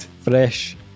Fresh